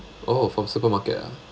oh from supermarket ah